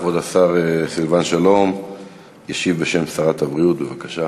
כבוד השר סילבן שלום ישיב בשם שרת הבריאות, בבקשה.